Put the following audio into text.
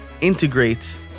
integrates